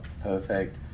perfect